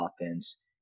offense